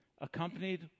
accompanied